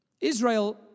Israel